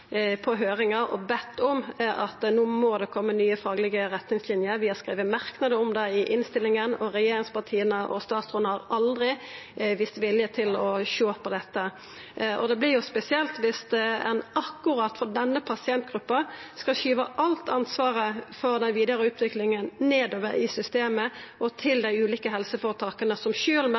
på høyringar og bedt om at det må koma nye faglige retningsliner. Vi har skrive merknader om det i innstillingar, og regjeringspartia og statsråden har aldri vist vilje til å sjå på dette. Det vert spesielt om ein akkurat for denne pasientgruppa skal skuva alt ansvaret for den vidare utviklinga nedover i systemet til dei ulike helseføretaka, som sjølv melder at den økonomiske situasjonen med